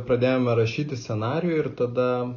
pradėjome rašyti scenarijų ir tada